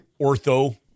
ortho